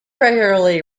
regularly